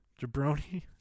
jabroni